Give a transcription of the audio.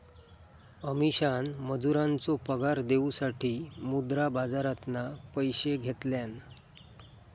अमीषान मजुरांचो पगार देऊसाठी मुद्रा बाजारातना पैशे घेतल्यान